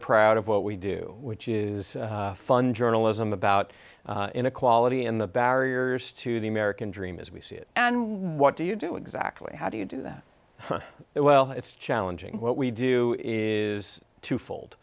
proud of what we do which is fun journalism about inequality in the barriers to the american dream as we see it and what do you do exactly how do you do that it well it's challenging what we do is twofold